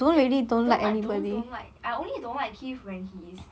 ya don't like don't don't like I only don't like keith when he is